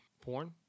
Porn